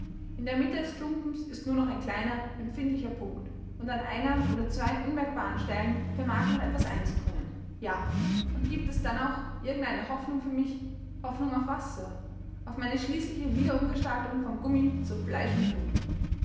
in der mitte des klumpens ist nur noch ein kleiner empfindlicher punkt und an einer oder zwei unmerkbaren stellen vermag noch etwas einzudringen ja und giebt es da noch irgend eine hoffnung für mich hoffnung auf was sir auf meine schließliche wiederumgestaltung vom gummi zu fleisch und blut